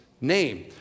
name